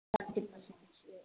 forty percent discount